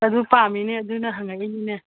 ꯑꯗꯨ ꯄꯥꯝꯃꯤꯅꯦ ꯑꯗꯨꯅ ꯍꯪꯉꯛꯏꯅꯤꯅꯦ